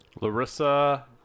Larissa